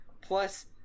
plus